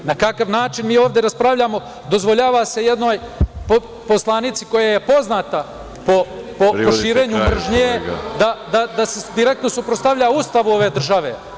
Na kakav način mi ovde raspravljamo, dozvoljava se jednoj poslanici koja je poznata po širenju mržnje da se direktno suprotstavlja Ustavu ove države.